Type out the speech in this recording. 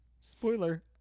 Spoiler